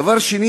דבר אחר,